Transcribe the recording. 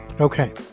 Okay